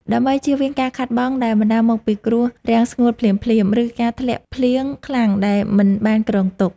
ដើម្បីជៀសវាងការខាតបង់ដែលបណ្ដាលមកពីគ្រោះរាំងស្ងួតភ្លាមៗ ឬការធ្លាក់ភ្លៀងខ្លាំងដែលមិនបានគ្រោងទុក។